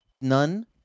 None